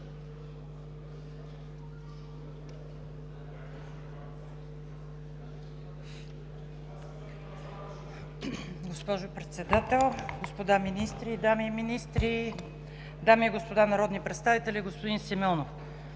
Госпожо Председател, господа министри, дами министри, дами и господа народни представители! Господин Симеонов,